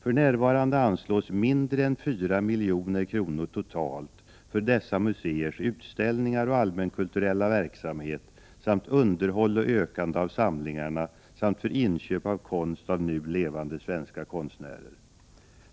För närvarande anslås mindre än 4 milj.kr. totalt för dessa museers utställningar och allmänkulturella verksamhet samt underhåll och ökande av samlingarna och för inköp av konst av nu levande svenska konstnärer.